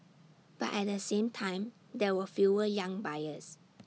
but at the same time there are were fewer young buyers